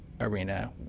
arena